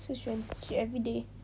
shi xuan she every day